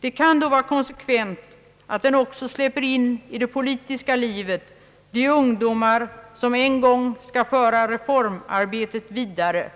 Det kan då vara konsekvent att den också i det politiska livet släpper in de ungdomar som en gång skall föra reformarbetet vidare.